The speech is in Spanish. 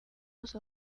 los